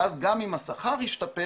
ואז גם אם השכר ישתפר,